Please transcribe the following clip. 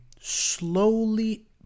slowly